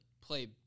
play